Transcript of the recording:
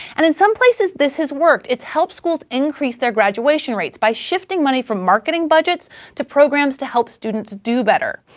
and in some places this has worked it's helped schools increase their graduation rates by shifting money from marketing budgets to programs to help students do better,